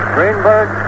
Greenberg